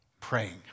praying